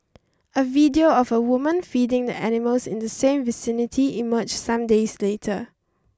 a video of a woman feeding the animals in the same vicinity emerged some days later